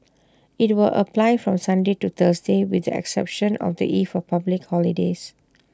IT will apply from Sunday to Thursday with the exception of the eve of public holidays